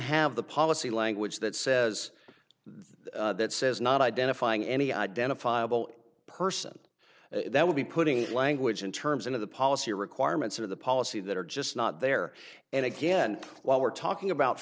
have the policy language that says that says not identifying any identifiable person that would be putting language in terms of the policy requirements of the policy that are just not there and again while we're talking about